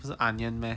不是 onion meh